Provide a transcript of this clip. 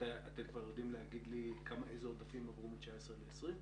אתם כבר יודעים להגיד איזה עודפים עברו מ-2019 ל-2020?